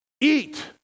eat